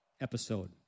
episode